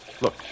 Look